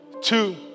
two